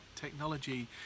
technology